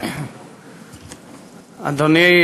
אדוני.